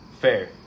Fair